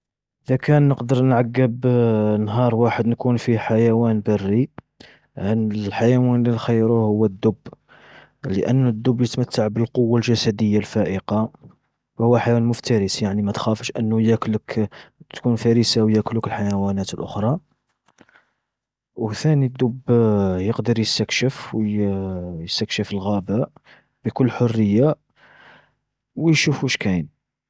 إذا كان نقدر نعقب نهار واحد نكون فيه حيوان بري الحيوان، الحيوان اللي نخيرو هو الدب. لأن الدب يتمتع بالقوة الجسدية الفائقة، وهو حيوان مفترس يعني ما تخافش أنه يأكلك تكون فريسة ويأكلوك الحيوانات الأخرى. وثاني الدب يستكشف و يسكشف الغابة، بكل حرية، ويشوف وش كاين.